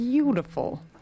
Beautiful